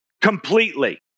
completely